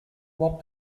what